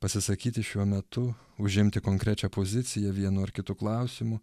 pasisakyti šiuo metu užimti konkrečią poziciją vienu ar kitu klausimu